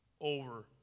over